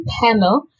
panel